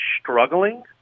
struggling